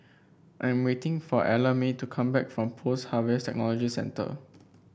I'm waiting for Ellamae to come back from Post Harvest Technology Centre